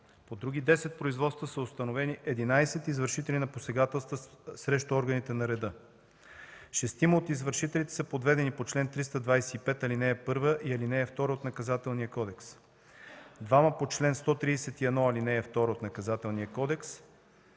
По други десет производства са установени единадесет извършители на посегателства срещу органите на реда: шестима от извършителите са подведени по чл. 325, ал. 1 и ал. 2 от Наказателния кодекс; двама по чл. 131, ал. 2 от Наказателния кодекс;